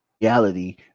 reality